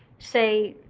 say,